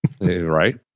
Right